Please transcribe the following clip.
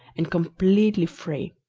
and completely free.